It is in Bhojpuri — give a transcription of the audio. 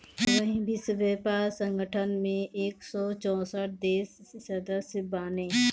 अबही विश्व व्यापार संगठन में एक सौ चौसठ देस सदस्य बाने